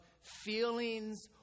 feelings